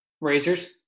razors